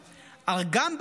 וכן,